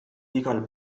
igal